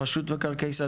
רשות מקרקעי ישראל,